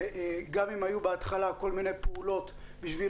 וגם אם היו בהתחלה כל מיני פעולות בשביל